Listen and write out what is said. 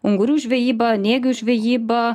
ungurių žvejyba nėgių žvejyba